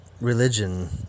religion